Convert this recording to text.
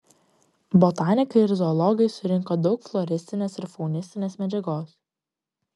botanikai ir zoologai surinko daug floristinės ir faunistinės medžiagos